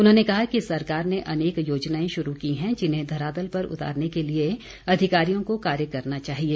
उन्होंने कहा कि सरकार ने अनेक योजनाएं शुरू की हैं जिन्हें धरातल पर उतारने के लिए अधिकारियों को कार्य करना चाहिए